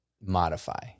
modify